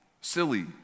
silly